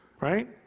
right